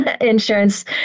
insurance